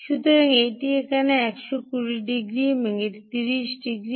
সুতরাং এটি এখানে 120 ডিগ্রি এবং এটি এখানে 30 ডিগ্রি